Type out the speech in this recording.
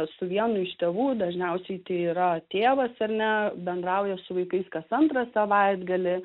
su vienu iš tėvų dažniausiai tai yra tėvas ar ne bendrauja su vaikais kas antrą savaitgalį